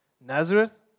Nazareth